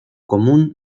común